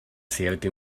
cierta